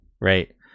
right